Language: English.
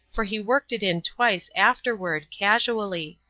for he worked it in twice afterward, casually.